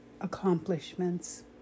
accomplishments